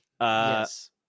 yes